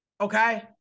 okay